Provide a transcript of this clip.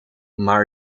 maar